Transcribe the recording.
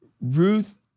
Ruth